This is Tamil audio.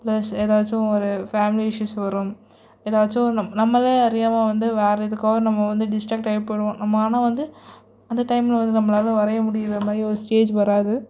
பிளஸ் ஏதாச்சும் ஒரு ஃபேமிலி இஷுஸ் வரும் ஏதாச்சும் நம் நம்மளே அறியாமல் வந்து வேறு எதுக்கோ நம்ம வந்து டிஸ்ட்ரெக்ட்டாயி போயிடுவோம் அங்கே ஆனால் வந்து அந்த டைமில் வந்து நம்பளால் வரைய முடியற மாதிரி ஒரு ஸ்டேஜ் வராது